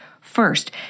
first